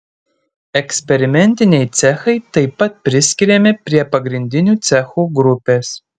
eksperimentiniai cechai taip pat priskiriami prie pagrindinių cechų grupės